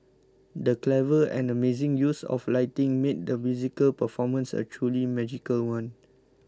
the clever and amazing use of lighting made the musical performance a truly magical one